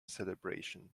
celebration